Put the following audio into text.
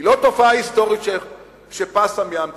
היא לא תופעה היסטורית שפסה מן המציאות.